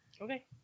Okay